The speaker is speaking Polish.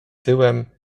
tyłem